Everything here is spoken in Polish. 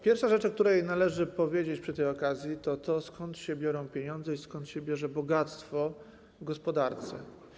Pierwsza rzecz, o której należy powiedzieć przy tej okazji, to skąd się biorą pieniądze i skąd się bierze bogactwo w gospodarce.